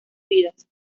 vidas